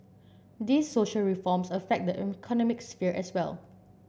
these social reforms affect the economic sphere as well